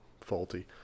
faulty